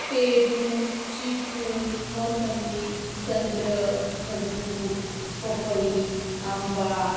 पेरू चिकू मोसंबी संत्र खजूर पपई आंबा